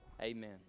Amen